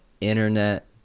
Internet